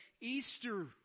Easter